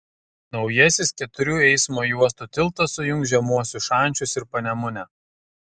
naujasis keturių eismo juostų tiltas sujungs žemuosius šančius ir panemunę